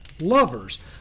lovers